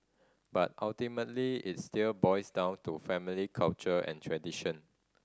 but ultimately it still boils down to family culture and tradition